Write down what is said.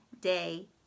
day